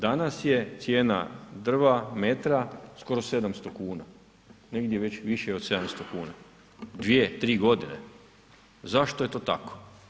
Danas je cijena drva metra skoro 700 kn, negdje već više od 700 kuna, 2, 3 g., zašto je to tako?